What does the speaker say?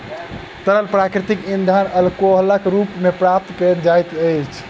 तरल प्राकृतिक इंधन अल्कोहलक रूप मे प्राप्त कयल जाइत अछि